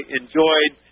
enjoyed